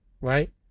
right